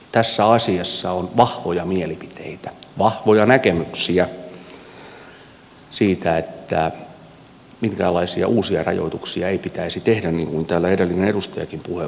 tässä asiassa on vahvoja mielipiteitä vahvoja näkemyksiä siitä että minkäänlaisia uusia rajoituksia ei pitäisi tehdä niin kuin täällä edellinen edustajakin puheenvuorossaan totesi